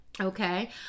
Okay